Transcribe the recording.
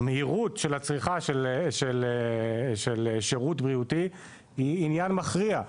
המהירות של הצריכה של שירות בריאותי היא עניין מכריע,